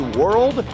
world